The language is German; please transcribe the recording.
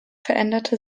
veränderte